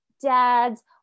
dads